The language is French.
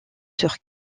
sur